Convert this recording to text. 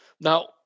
Now